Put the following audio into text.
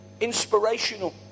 inspirational